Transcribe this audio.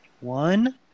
one